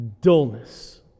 dullness